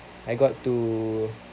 I got to